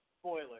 spoiler